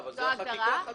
אבל זו החקיקה החדשה.